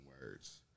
words